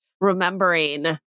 remembering